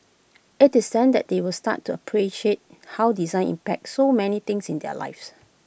IT is then that they will start to appreciate how design impacts so many things in their lives